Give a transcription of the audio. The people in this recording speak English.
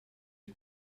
his